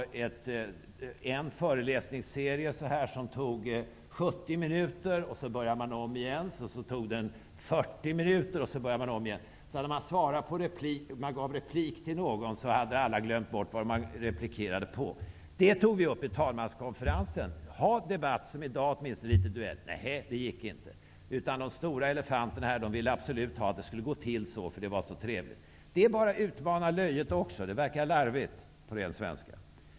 Det var en föreläsningsserie som tog 70 minuter, sedan började man om med en föreläsningsserie som tog 40 minuter, och så började man om igen. När man gav replik på någon hade alla glömt vad man replikerade på. Vi tog upp detta vid talmanskonferensen och föreslog att man skulle ha debatter som, liksom den i dag, åtminstone innebär litet duell. Men det gick inte. De stora elefanterna ville absolut ha det som det brukar vara. Det är ju bara att utmana löjet -- det verkar larvigt, på ren svenska.